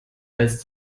als